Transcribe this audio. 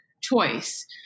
Choice